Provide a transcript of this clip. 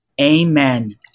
Amen